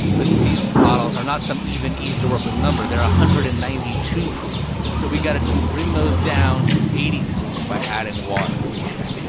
but these bottles are not some even, easy-to-work-with number. they are one ah hundred and ninety two proof, so we got to bring those down to eighty proof by adding water ok.